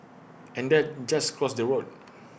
and then just cross the road